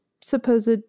supposed